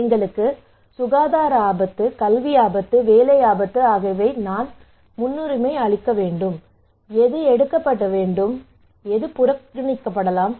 எங்களுக்கு சுகாதார ஆபத்து கல்வி ஆபத்து வேலை ஆபத்து ஆகியவை நான் முன்னுரிமை அளிக்க வேண்டும் எது எடுக்கப்பட வேண்டும் எது புறக்கணிக்கப்படலாம்